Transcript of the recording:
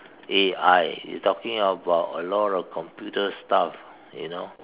A_I you talking about a lot of computer stuff you know